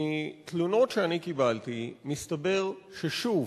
מתלונות שאני קיבלתי מסתבר ששוב